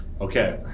Okay